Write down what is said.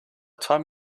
time